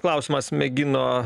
klausimas mėgino